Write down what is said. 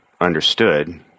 understood